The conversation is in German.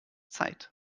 zeit